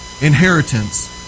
inheritance